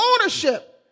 ownership